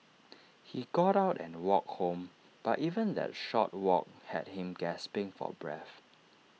he got out and walked home but even that short walk had him gasping for breath